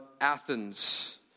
Athens